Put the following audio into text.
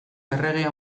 erregea